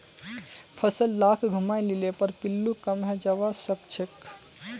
फसल लाक घूमाय लिले पर पिल्लू कम हैं जबा सखछेक